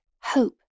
Hope